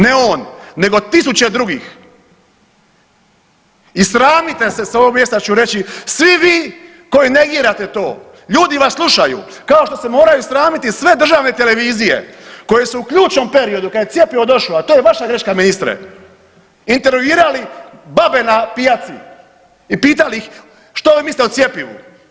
Ne on nego tisuće drugih i sramite se s ovog mjesta ću reći svi vi koji negirate to, ljudi vas slušaju kao što se moraju sramiti i sve državne televizije koje su u ključnom periodu kada je cjepivo došlo, a to je vaša greška ministre, intervjuirali babe na pijaci i pitali ih što misle o cjepivu.